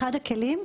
אחד הכלים,